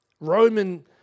Roman